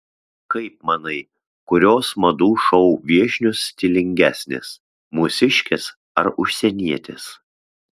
kaip manai kurios madų šou viešnios stilingesnės mūsiškės ar užsienietės